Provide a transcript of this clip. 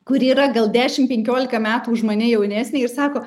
kuri yra gal dešim penkiolika metų už mane jaunesnė ir sako